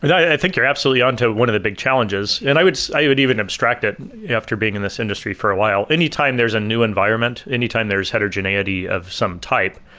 i think you're absolutely on to one of the big challenges. and i would i would even abstract that after being in this industry for a while, anytime there's a new environment, anytime there's heterogeneity of some type,